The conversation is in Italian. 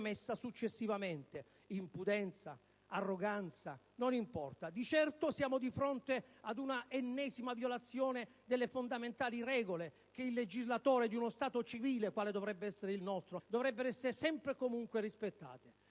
successivamente. Impudenza, arroganza, non importa: di certo, siamo di fronte ad una ennesima violazione delle fondamentali regole che il legislatore di uno Stato civile, quale dovrebbe essere il nostro, dovrebbe sempre e comunque rispettare.